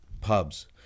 pubs